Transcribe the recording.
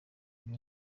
ubwo